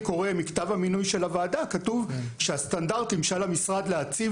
בכתב המינוי של הוועדה כתוב "הסטנדרטים שעל המשרד להציב